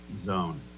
zone